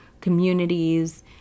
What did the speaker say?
communities